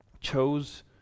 chose